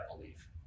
belief